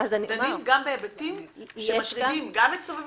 דנים גם בהיבטים שמטרידים גם את מי שמסביב